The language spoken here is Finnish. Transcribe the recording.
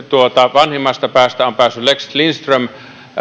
vanhimmasta päästä on päässyt lex lindström